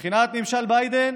מבחינת משל ביידן,